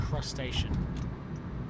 crustacean